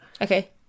Okay